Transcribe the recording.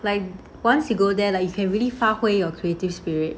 like once you go there like you can really 发挥 your creative spirit